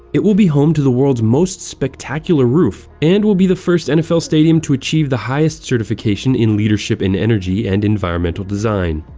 it will be home to the world's most spectacular roof and will be the first nfl stadium to achieve the highest certification in leadership in energy and environmental design.